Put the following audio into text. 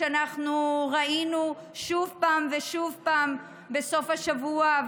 שאנחנו ראינו שוב פעם ושוב פעם בסוף השבוע,